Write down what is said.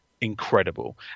incredible